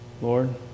Lord